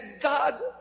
God